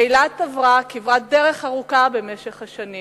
אילת עברה כברת דרך ארוכה במשך השנים: